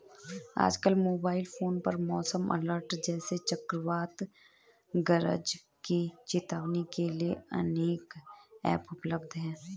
आजकल mobile phone पर मौसम अलर्ट जैसे चक्रवात गरज की चेतावनी के लिए अनेक ऐप उपलब्ध है